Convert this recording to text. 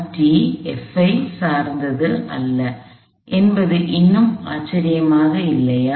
F ஐச் சார்ந்தது அல்ல என்பது இன்னும் ஆச்சர்யம் இல்லையா